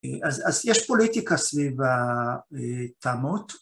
אז-‫אז יש פוליטיקה סביב ה...א-טענות.